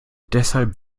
deshalb